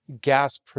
gas